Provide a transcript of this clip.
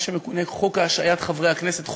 מה שמכונה חוק השעיית חברי הכנסת,